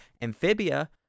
Amphibia